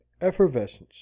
Effervescence